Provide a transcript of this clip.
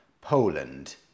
Poland